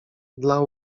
dla